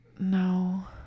No